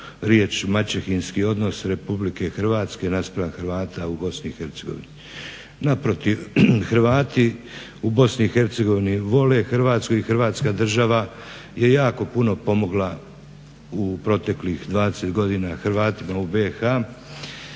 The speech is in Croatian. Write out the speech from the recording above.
Hrvatska država je jako puno pomogla proteklih 20 godina Hrvatima u BiH.